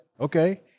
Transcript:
Okay